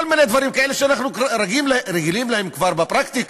כל מיני דברים כאלה שאנחנו רגילים להם כבר בפרקטיקה.